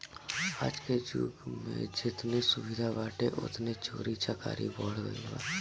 आजके जुग में जेतने सुविधा बाटे ओतने चोरी चकारी बढ़ गईल बा